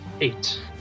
eight